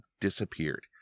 disappeared